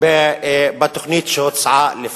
בתוכנית שהוצעה לפנינו.